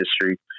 history